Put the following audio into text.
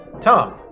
Tom